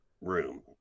room